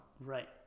Right